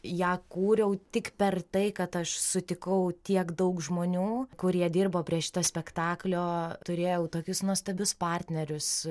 ją kūriau tik per tai kad aš sutikau tiek daug žmonių kurie dirbo prie šito spektaklio turėjau tokius nuostabius partnerius